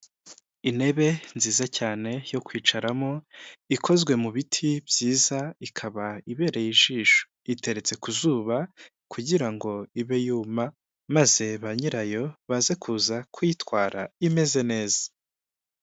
Intebe nziza cyane yo kwicaramo ikozwe mu biti byiza, ikaba ibereye ijisho, iteretse ku zuba kugira ngo ibe yuma maze ba nyirayo baze kuza kuyitwara imeze neza.